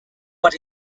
but